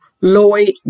Lloyd